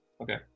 Okay